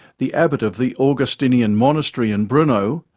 the abbot of the augustinian monastery in brno,